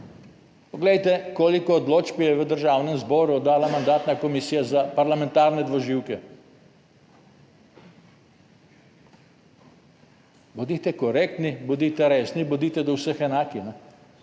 Poglejte koliko odločb je v Državnem zboru dala mandatna komisija za parlamentarne dvoživke. Bodite korektni, bodite resni, bodite do vseh enaki,